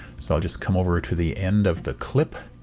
so i'll just come over to the end of the clip